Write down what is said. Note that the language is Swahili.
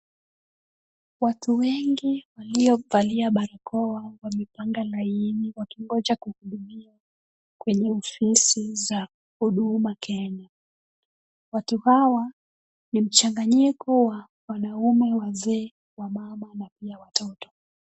Watu wengi waliovalia barakoa wamepanga laini wakingoja kuhudumiwa kwenye ofisi za huduma Kenya. Watu hawa ni mchanganyiko wa wanaume, wazee, wamama na pia watoto.